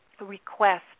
request